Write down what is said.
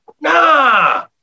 Nah